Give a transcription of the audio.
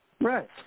Right